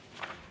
Kõik